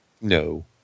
No